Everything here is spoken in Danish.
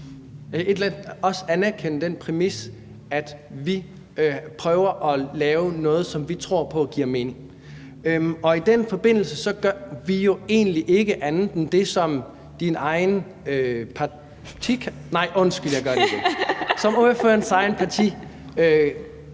anerkende den præmis, at vi prøver at lave noget, som vi tror på giver mening, og i den forbindelse gør vi jo egentlig ikke andet end det, som din, undskyld, ordførerens egen partikammerat